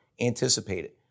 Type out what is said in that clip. anticipated